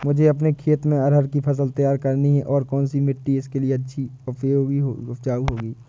मुझे अपने खेत में अरहर की फसल तैयार करनी है और कौन सी मिट्टी इसके लिए अच्छी व उपजाऊ होगी?